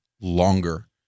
longer